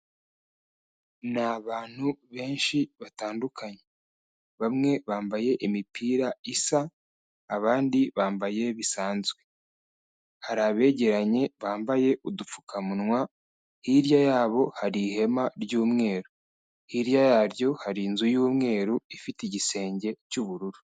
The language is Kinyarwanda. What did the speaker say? Ni abantu benshi batandukanye. Bamwe bambaye imipira isa abandi bambaye bisanzwe. Hari abegeranye bambaye udupfukamunwa hirya yabo hari ihema ry'umweru, hirya yaryo hari inzu y'umweru ifite igisenge cy'ubururu.